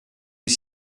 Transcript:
est